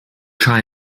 try